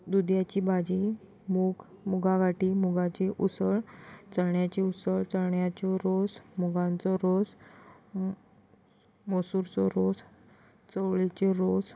दुद्याची भाजी मुगा गाठी मुगाचें उसळ चण्याची उसळ चण्याचो रोस मुगांचो रोस मसुरेचो रोस चोवळेची रोस